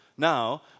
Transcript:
Now